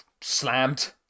slammed